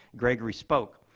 gregory spoke.